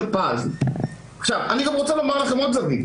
אז אתה לומד את השופטים,